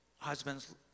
Husbands